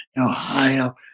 Ohio